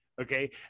Okay